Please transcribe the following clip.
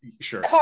sure